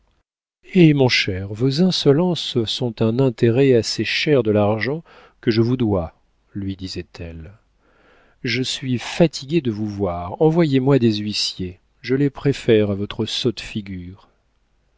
eh mon cher vos insolences sont un intérêt assez cher de l'argent que je vous dois lui disait-elle je suis fatiguée de vous voir envoyez-moi des huissiers je les préfère à votre sotte figure